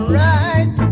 right